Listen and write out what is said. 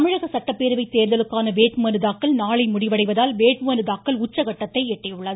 தமிழக சட்டப்பேரவை தேர்தலுக்கான வேட்புமனு தாக்கல் நாளை முடிவடைவதால் வேட்புமனு தாக்கல் உச்சகட்டத்தை எட்டியுள்ளது